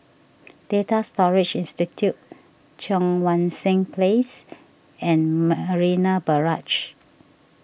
Data Storage Institute Cheang Wan Seng Place and Marina Barrage